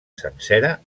sencera